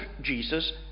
Jesus